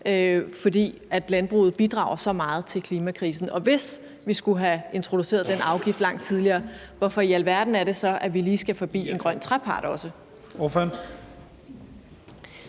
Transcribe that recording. fordi landbruget bidrager så meget til klimakrisen? Og hvis vi skulle have introduceret den afgift langt tidligere, hvorfor i alverden er det så, at vi lige skal forbi en grøn trepart også?